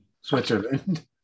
Switzerland